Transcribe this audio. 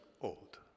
old